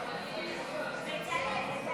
אדוני היושב בראש,